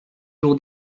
jour